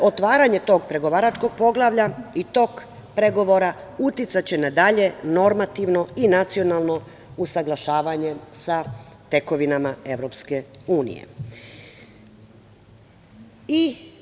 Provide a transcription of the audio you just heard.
Dakle, otvaranje tog pregovaračkog poglavlja i tok pregovora uticaće na dalje normativno i nacionalno usaglašavanje sa tekovinama Evropske unije.